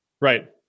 Right